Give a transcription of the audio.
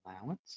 allowance